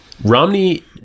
Romney